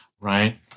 right